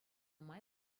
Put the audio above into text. май